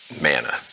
manna